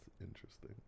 interesting